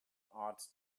art